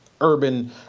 urban